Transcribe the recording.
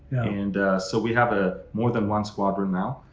and so we have ah more than one squadron now,